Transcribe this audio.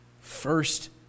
First